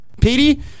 Petey